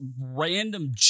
random